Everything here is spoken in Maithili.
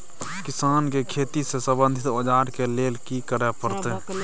किसान के खेती से संबंधित औजार के लेल की करय परत?